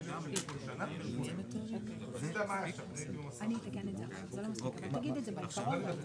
הצבעה ההסתייגות לא נתקבלה ההסתייגות לא התקבלה.